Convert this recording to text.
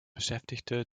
beschäftigte